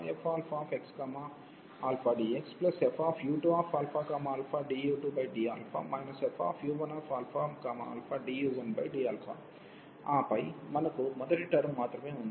ddu1u2fxαdxfu2ααdu2dα fu1ααdu1dα ఆపై మనకు మొదటి టర్మ్ మాత్రమే ఉంది